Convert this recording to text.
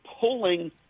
pulling